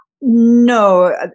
No